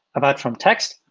apart from text,